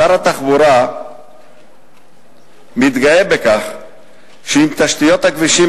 שר התחבורה מתגאה בכך שעם תשתיות הכבישים